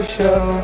Show